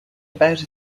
about